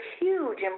huge